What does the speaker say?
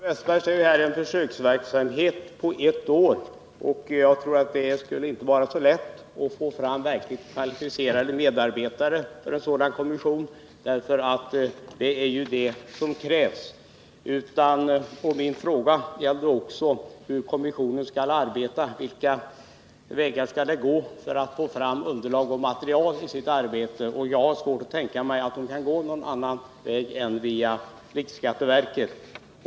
Fru talman! Olle Westberg i Hofors säger att det är fråga om en försöksverksamhet på ett år. Jag tror att det inte blir lätt att få fram verkligt kvalificerade medarbetare för en sådan kommission — och det är ju det som krävs. Min fråga gällde också hur kommissionen skall arbeta. Vilka vägar skall den gå för att få fram underlag för sitt arbete? Jag har svårt att tänka mig att den kan gå någon annan väg än via riksskatteverket.